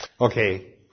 Okay